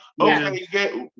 Okay